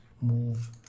move